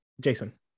Jason